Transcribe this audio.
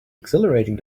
exhilarating